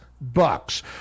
bucks